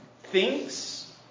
thinks